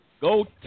go